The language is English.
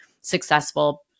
successful